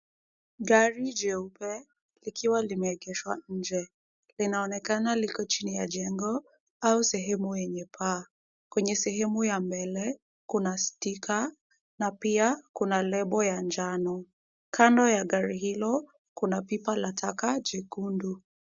Gari jeupe likiwa limeegeshwa nje. Linaonekana liko chini ya jengo au sehemu yenye paa. Kwenye sehemu ya mbele kuna stika na pia kuna lebo ya njano. Kando ya gari hilo kuna pipa la taka jekundu.